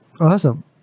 Awesome